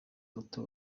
muto